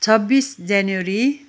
छब्बिस जनवरी